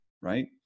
right